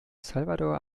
salvador